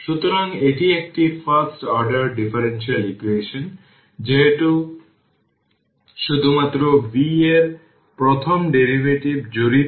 সুতরাং এটি একটি ফার্স্ট অর্ডার ডিফারেনশিয়াল ইকুয়েশন যেহেতু শুধুমাত্র v এর প্রথম ডেরিভেটিভ জড়িত